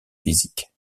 physique